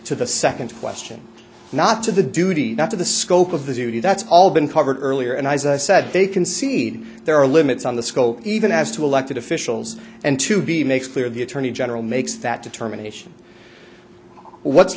to the second question not to the duty not to the scope of the duty that's all been covered earlier and i said they concede there are limits on the scope even as to elected officials and to be makes clear the attorney general makes that determination what's